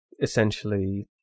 essentially